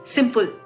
Simple